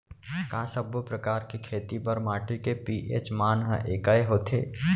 का सब्बो प्रकार के खेती बर माटी के पी.एच मान ह एकै होथे?